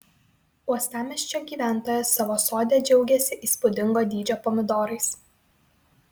uostamiesčio gyventojas savo sode džiaugiasi įspūdingo dydžio pomidorais